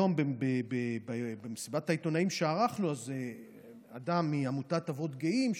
היום במסיבת העיתונאים שערכנו אדם מעמותת אבות גאים,